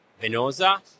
Venosa